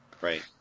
Right